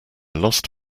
lost